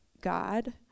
God